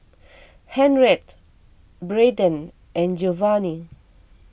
Henriette Brayden and Geovanni